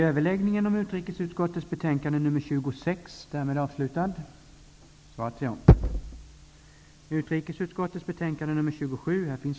Herr talman!